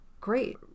great